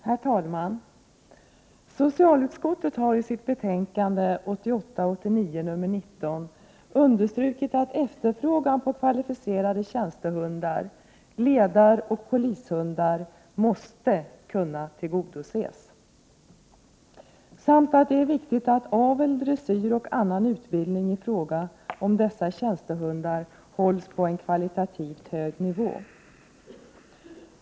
Herr talman! Socialutskottet har i sitt betänkande 1988/89:19 understrukit att efterfrågan på kvalificerade tjänstehundar, ledaroch polishundar, måste kunna tillgodoses samt att det är viktigt att avel, dressyr och annan utbildning i fråga om dessa tjänstehundar hålls på en kvalitativt hög nivå.